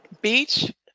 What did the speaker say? Beach